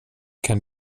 can